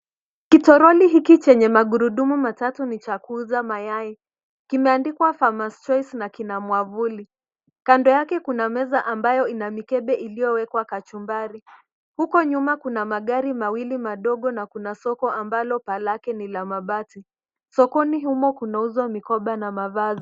Kitroli hiki chenye magurudumu matatu ni cha kuuza mayai. Kimeandikwa farmers choice na kina mwavuli. Kando yake kuna meza ambayo ina mikebe iliyowekwa kachumbari. Huko nyuma kuna magari mawili madogo na kuna soko ambalo paa laki ni la mabati. Sokoni humo kunauzwa mikoba na mavazi.